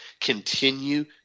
continue